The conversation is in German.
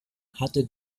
hatte